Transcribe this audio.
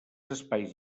espais